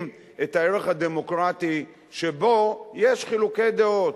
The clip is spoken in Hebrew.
את הערך הדמוקרטי שבו יש חילוקי דעות.